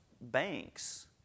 banks